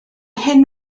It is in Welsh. hyn